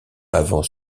avant